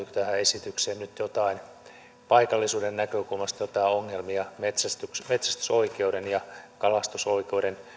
tähän esitykseen nyt paikallisuuden näkökulmasta joitain ongelmia metsästysoikeuden ja kalastusoikeuden